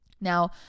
now